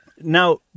Now